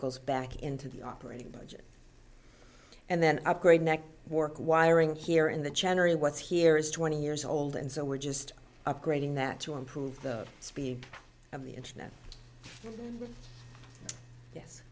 goes back into the operating budget and then upgrade neck work wiring here in the general what's here is twenty years old and so we're just upgrading that to improve the speed of the internet